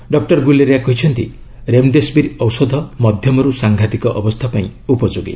doctor Guleria କହିଛନ୍ତି ରେମ୍ଡେସିବିର୍ ଔଷଧ ମଧ୍ୟମରୁ ସାଂଘାତିକ ଅବସ୍ଥା ପାଇଁ ଉପଯୋଗି